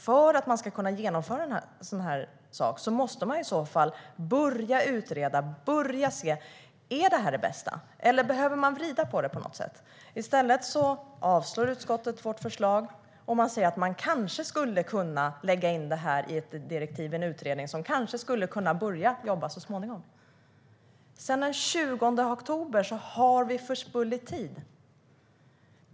För att man ska kunna genomföra en sådan här sak måste man börja utreda och börja se: Är det här det bästa, eller behöver man vrida på det på något sätt? I stället avstyrker utskottet vårt förslag och säger att man kanske skulle kunna lägga in det i ett direktiv och en utredning som kanske skulle kunna börja jobba så småningom. Sedan den 20 oktober har vi förspillt tid.